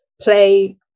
play